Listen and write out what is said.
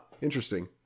interesting